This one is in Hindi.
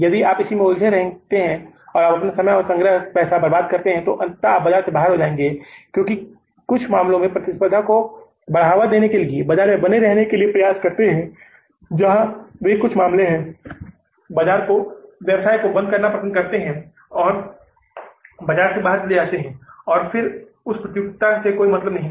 यदि आप उसी मे उलझे रहते है और आप अपना समय और संग्रह पैसा बर्बाद कर रहे होंगे और अंततः आप बाजार से बाहर हो जाएंगे क्योंकि कुछ मामले में प्रतिस्पर्धा को बढ़ावा देने के लिए बाजार में बने रहने के लिए प्रयास करते हैं जहां वे कुछ मामलों में हैं व्यवसाय को बंद करना पसंद करते हैं और बाजार से बाहर चले जाते हैं और फिर उस प्रतियोगिता से कोई मतलब नहीं है